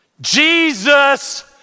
Jesus